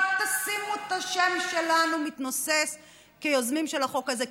אל תשימו את השם שלנו מתנוסס כיוזמים של החוק הזה,